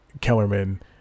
Kellerman